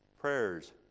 prayers